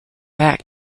back